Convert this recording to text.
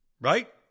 Right